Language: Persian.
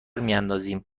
میاندازیم